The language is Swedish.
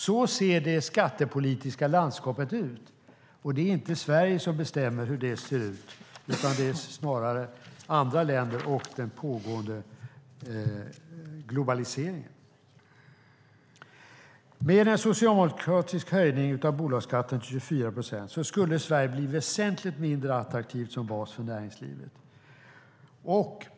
Så ser det skattepolitiska landskapet ut, och det är inte Sverige som bestämmer hur det ser ut utan snarare andra länder och den pågående globaliseringen. Med en socialdemokratisk höjning av bolagsskatten till 24 procent skulle Sverige bli väsentligt mindre attraktivt som bas för näringslivet.